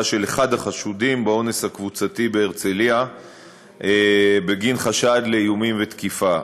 של אחד החשודים באונס הקבוצתי בהרצליה בגין חשד לאיומים ולתקיפה.